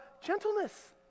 gentleness